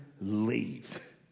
leave